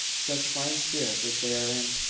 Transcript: such fine spirits as they are in.